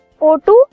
O2